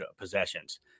possessions